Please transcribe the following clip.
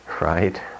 right